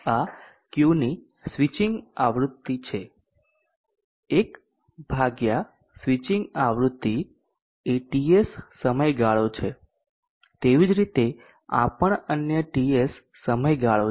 આ Qની સ્વિચિંગ આવૃત્તિ છે 1 ભાગ્યા સ્વિચિંગ આવૃત્તિ એ TS સમયગાળો છે તેવી જ રીતે આ પણ અન્ય TS સમયગાળો છે